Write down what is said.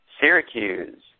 Syracuse